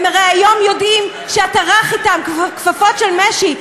הם הרי כיום יודעים שאתה רך אתם, בכפפות של משי.